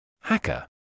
Hacker